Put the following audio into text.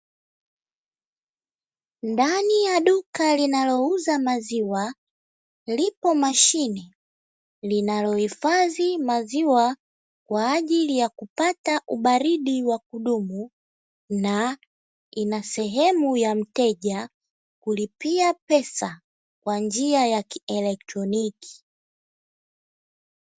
Ndani ya duka linalouza maziwa lipo mashine linayohifadhi maziwa kwa ajili ya kupata ubaridi wa kudumu na ina sehemu ya mteja kulipia pesa kwa njia ya kielektroniki.